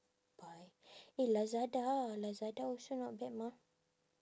~buy eh lazada lazada also not bad mah